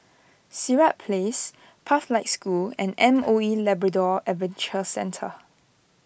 Sirat Place Pathlight School and M O E Labrador Adventure Centre